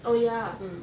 oh ya